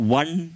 one